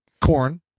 corn